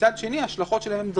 ומצד שני ההשלכות שלהן הן דרמטיות,